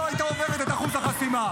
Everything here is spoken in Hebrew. לא הייתה עוברת את אחוז החסימה.